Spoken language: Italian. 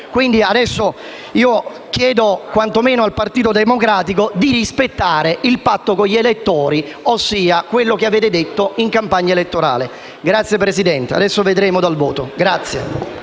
Quindi, chiedo al Partito Democratico di rispettare il patto con gli elettori, ossia quello che avete detto in campagna elettorale. Presidente, adesso lo vedremo dal voto.